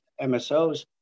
MSOs